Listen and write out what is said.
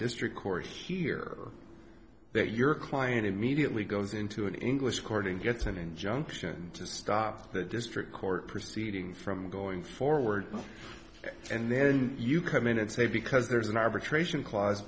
district court here that your client immediately goes into an english according gets an injunction to stop the district court proceeding from going forward and then you come in and say because there's an arbitration clause